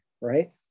right